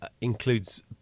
includes